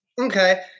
Okay